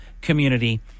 community